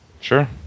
Sure